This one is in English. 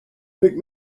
pick